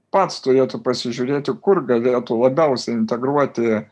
pats turėtų pasižiūrėti kur galėtų labiausiai integruoti